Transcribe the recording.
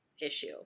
issue